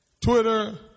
Twitter